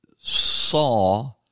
saw